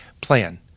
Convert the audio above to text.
plan